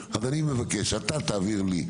אתה תעביר לי,